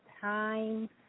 time